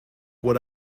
what